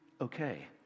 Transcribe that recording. okay